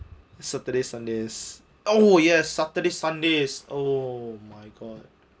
saturday sundays oh yes saturday sunday is oh my god